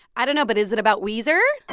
i don't know. but is it about weezer?